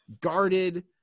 Guarded